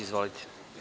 Izvolite.